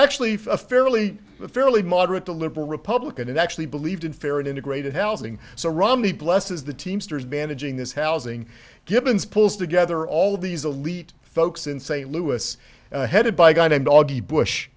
actually fairly fairly moderate to liberal republican and actually believed in fair and integrated housing so romney blesses the teamsters managing this housing givens pulls together all of these elite folks in st louis headed by a guy named augie bush